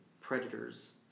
Predators